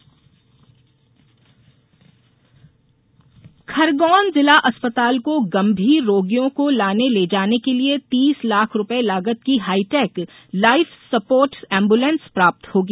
एम्बुलें स खरगोन जिला अस्पताल को गंभीर रोगियों को लाने लेजाने के लिए तीस लाख रूपये लागत की हाईटेक लाईफसपोट एम्बुलेंस प्राप्त होगी